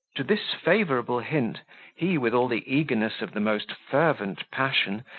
to this favourable hint he with all the eagerness of the most fervent passion,